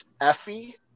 Effie